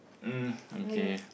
mm okay